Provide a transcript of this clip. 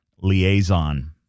liaison